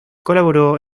colaboró